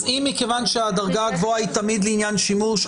אז מכיוון שהדרגה הגבוהה היא תמיד לעניין שימוש,